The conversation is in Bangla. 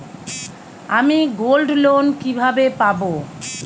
আমি গোল্ডলোন কিভাবে পাব?